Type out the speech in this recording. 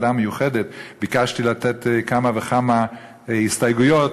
המיוחדת: ביקשתי לתת כמה וכמה הסתייגויות,